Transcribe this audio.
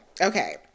Okay